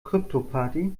kryptoparty